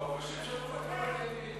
ברוך השם שאת, בתי-דין.